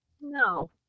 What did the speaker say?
No